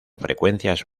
frecuencias